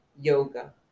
yoga